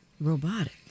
Robotic